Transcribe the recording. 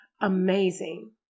amazing